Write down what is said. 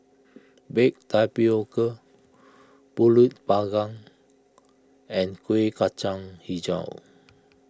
Baked Tapioca Pulut Panggang and Kueh Kacang HiJau